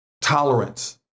tolerance